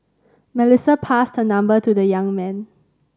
Melissa passed her number to the young man